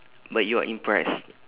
but you are impressed